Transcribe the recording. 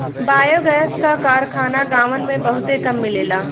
biogas क कारखाना गांवन में बहुते कम मिलेला